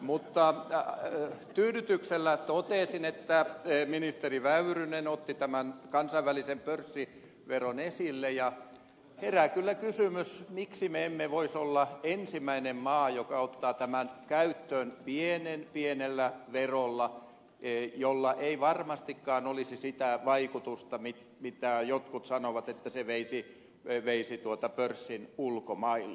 mutta tyydytyksellä totesin että ministeri väyrynen otti tämän kansainvälisen pörssiveron esille ja herää kyllä kysymys miksi me emme voisi olla ensimmäinen maa joka ottaa tämän käyttöön pienen pienellä verolla jolla ei varmastikaan olisi sitä vaikutusta mitä jotkut sanovat että se veisi pörssin ulkomaille